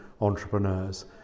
entrepreneurs